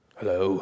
Hello